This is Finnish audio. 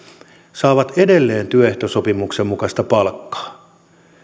saavat edelleen työehtosopimuksen mukaista palkkaa